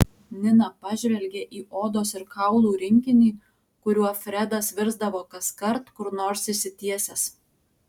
nina pažvelgė į odos ir kaulų rinkinį kuriuo fredas virsdavo kaskart kur nors išsitiesęs